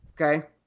Okay